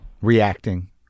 Reacting